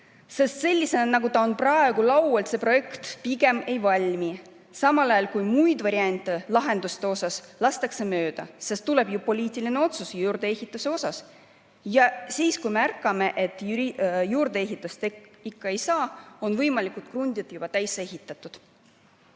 Sellisena, nagu ta on praegu laual, see projekt pigem ei valmi, aga samal ajal muid lahenduste variante lastakse mööda, sest tuleb ju poliitiline otsus juurdeehitise kohta. Ja siis, kui me märkame, et juurdeehitist ikka ei saa, on võimalikud muud krundid juba täis ehitatud.